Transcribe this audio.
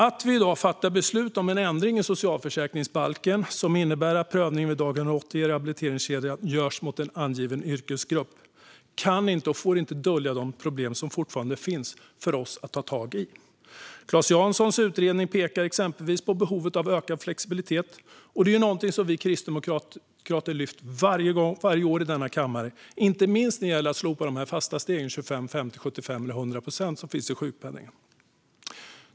Att vi i dag fattar beslut om en ändring i socialförsäkringsbalken som innebär att prövningen vid dag 180 i rehabiliteringskedjan görs mot en angiven yrkesgrupp kan inte och får inte dölja de problem som fortfarande finns för oss att ta tag i. Claes Janssons utredning pekar exempelvis på behovet av ökad flexibilitet. Detta är någonting som vi kristdemokrater lyft upp varje år i denna kammare, inte minst när det gäller att slopa de fasta steg om 25, 50, 75 eller 100 procent som finns i sjukpenningen.